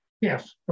Yes